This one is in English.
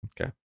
Okay